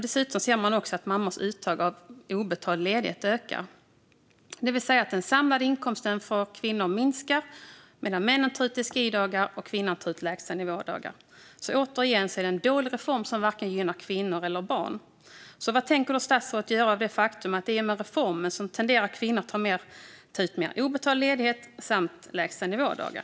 Dessutom ser man att mammors uttag av obetald ledighet ökar. Den samlade inkomsten för kvinnor minskar alltså. Männen tar ut SGI-dagar, och kvinnorna tar ut lägstanivådagar. Återigen: Detta är en dålig reform som varken gynnar kvinnor eller barn. Vad tänker statsrådet göra åt det faktum att kvinnor i och med reformen tenderar att ta ut mer obetald ledighet och fler lägstanivådagar?